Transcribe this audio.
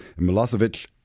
Milosevic